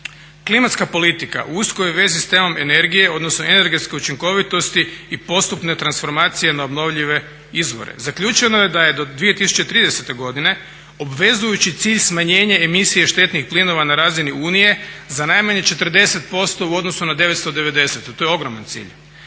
Klimatska politika u uskoj je vezi sa temom energije, odnosno energetske učinkovitosti i postupne transformacije na obnovljive izvore. Zaključeno je da je do 2030. godine obvezujući cilj smanjenje emisije štetnih plinova na razini Unije za najmanje 40% u odnosu na 1990., to je ogroman cilj.